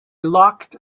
locked